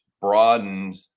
broadened